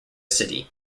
city